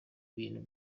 ibintu